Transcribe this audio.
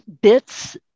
bits